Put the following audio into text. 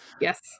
yes